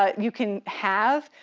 um you can have,